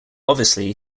obviously